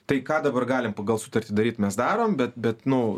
tai ką dabar galim pagal sutartį daryti mes darom bet nu